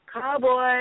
cowboy